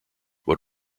what